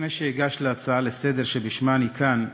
לפני שאגש להצעה לסדר-היום שבשמה אני כאן,